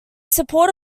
support